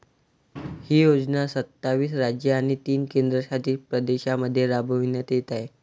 ही योजना सत्तावीस राज्ये आणि तीन केंद्रशासित प्रदेशांमध्ये राबविण्यात येत आहे